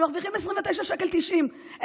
הן מרוויחות 29.90 שקלים.